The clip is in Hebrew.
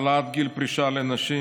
העלאת גיל הפרישה לנשים,